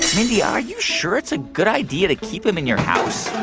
mindy, are you sure it's a good idea to keep him in your house?